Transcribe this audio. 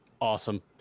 Awesome